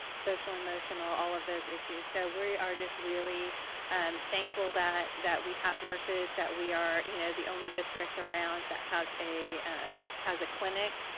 social emotional, all of those issues. so we are just really um thankful that that we have nurses, that we are you know the only district around that has a ah has a clinic,